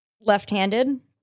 left-handed